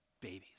babies